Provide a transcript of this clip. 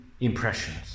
impressions